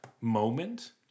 moment